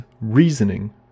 reasoning